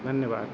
धन्यवाद